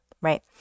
Right